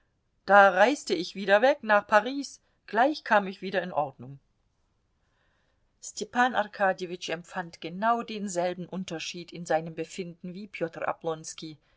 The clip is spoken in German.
da reiste ich wieder weg nach paris gleich kam ich wieder in ordnung stepan arkadjewitsch empfand genau denselben unterschied in seinem befinden wie peter oblonski